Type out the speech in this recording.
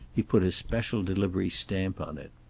he put a special delivery stamp on it.